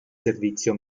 servizio